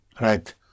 Right